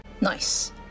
Nice